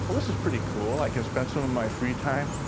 this is pretty cool. i can spend some of my free time,